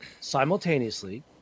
simultaneously